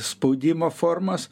spaudimo formos